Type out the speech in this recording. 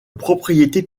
propriété